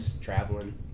traveling